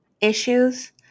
issues